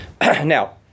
Now